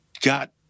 got